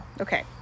Okay